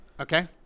Okay